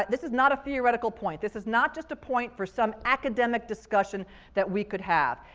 but this is not a theoretical point. this is not just a point for some academic discussion that we could have.